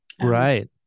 right